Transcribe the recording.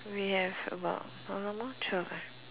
we have about how long more twelve ah